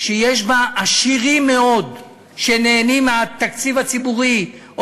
שיש בה עשירים מאוד שנהנים מהתקציב הציבורי או